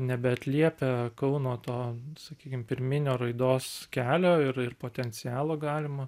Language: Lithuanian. nebeatliepia kauno to sakykim pirminio raidos kelio ir ir potencialo galimo